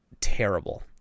terrible